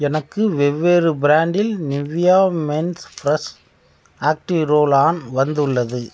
எனக்கு வெவ்வேறு பிராண்டில் Nivea men fresh active roll on வந்துள்ளது